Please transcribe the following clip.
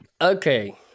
Okay